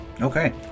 okay